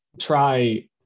try